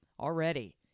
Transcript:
already